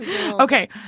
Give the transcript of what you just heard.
Okay